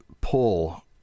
pull